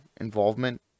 involvement